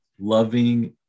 loving